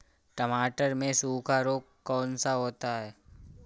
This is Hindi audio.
टमाटर में सूखा रोग कौन सा होता है?